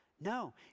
No